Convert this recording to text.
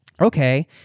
okay